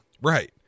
right